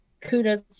kudos